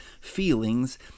feelings